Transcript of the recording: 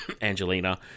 Angelina